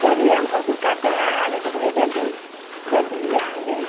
चलिए हम कोशिश करते हैं आने के लिए जल्दी जल्दी ही आएँगे